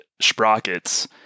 Sprockets